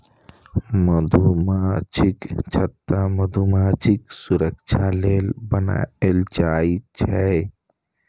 मधुमाछीक छत्ता मधुमाछीक सुरक्षा लेल बनाएल जाइ छै